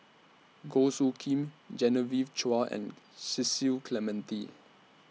Goh Soo Khim Genevieve Chua and Cecil Clementi